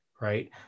Right